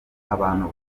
abantu